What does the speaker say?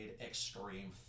Extreme